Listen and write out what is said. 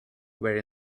were